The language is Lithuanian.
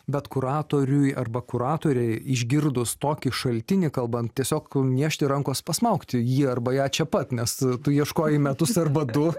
bet kuratoriui arba kuratoriai išgirdus tokį šaltinį kalbant tiesiog niežti rankos pasmaugti jį arba ją čia pat nes tu ieškojai metus arba du